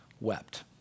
wept